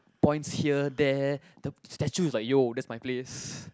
points here there the statue is like yo that's my place